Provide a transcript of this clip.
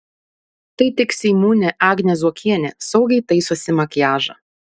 tai tik seimūnė agnė zuokienė saugiai taisosi makiažą